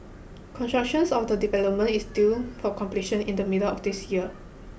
constructions of the development is due for completion in the middle of this year